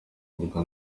imbuga